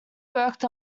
worked